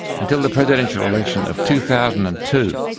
until the presidential election of two thousand and two,